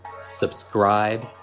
subscribe